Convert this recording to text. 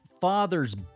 father's